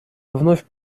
вновь